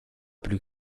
plus